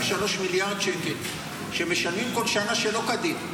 הגדלות הרמטכ"ל זה 1.3 מיליארד שקל שמשלמים כל שנה שלא כדין.